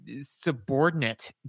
subordinate